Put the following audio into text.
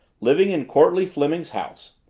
living in courtleigh fleming's house.